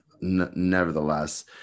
nevertheless